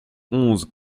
onze